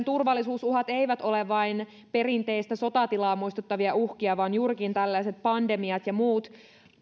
turvallisuusuhat eivät ole vain perinteistä sotatilaa muistuttavia uhkia vaan juurikin tällaiset pandemiat ja muut